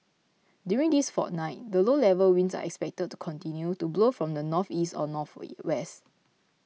during this fortnight the low level winds are expected to continue to blow from the northeast or west